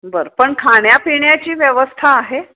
बरं पण खाण्यापिण्याची व्यवस्था आहे